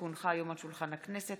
כי הונחו היום על שולחן הכנסת,